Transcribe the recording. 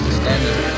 standard